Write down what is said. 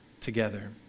together